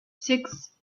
six